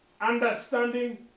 understanding